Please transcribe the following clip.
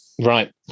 right